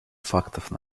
фактов